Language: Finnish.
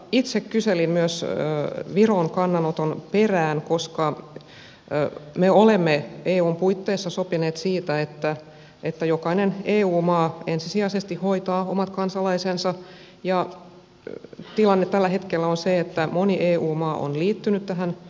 itse kyselin myös viron kannanoton perään koska me olemme eun puitteissa sopineet siitä että jokainen eu maa ensisijaisesti hoitaa omat kansalaisensa ja tilanne tällä hetkellä on se että moni eu maa on liittynyt tähän sopimukseen